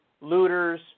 looters